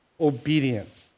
obedience